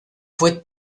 fue